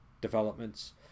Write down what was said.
developments